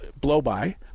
blow-by